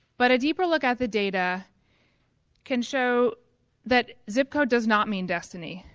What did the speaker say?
but a deeper look at the data can show that zip code does not mean destiny.